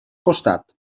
costat